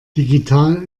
digital